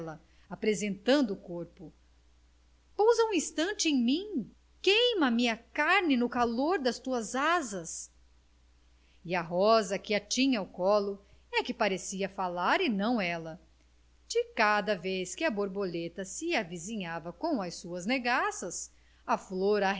apresentando o corpo pousa um instante em mim queima me a carne no calor das tuas asas e a rosa que tinha ao colo é que parecia falar e não ela de cada vez que a borboleta se avizinhava com as suas negaças a flor